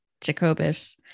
Jacobus